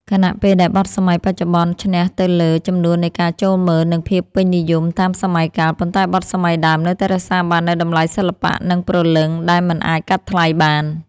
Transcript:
ខណៈពេលដែលបទសម័យបច្ចុប្បន្នឈ្នះទៅលើ ចំនួននៃការចូលមើល និង ភាពពេញនិយមតាមសម័យកាល ប៉ុន្តែបទសម័យដើមនៅតែរក្សាបាននូវ តម្លៃសិល្បៈនិងព្រលឹង ដែលមិនអាចកាត់ថ្លៃបាន។